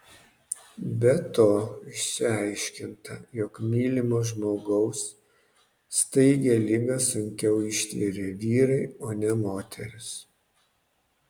be to išsiaiškinta jog mylimo žmogaus staigią ligą sunkiau ištveria vyrai o ne moterys